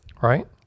right